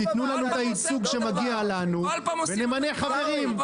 תנו לנו את הייצוג שמגיע לנו ונמנה חברים.